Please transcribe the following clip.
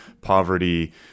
poverty